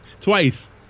twice